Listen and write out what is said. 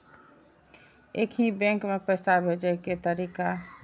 एक ही बैंक मे पैसा भेजे के तरीका?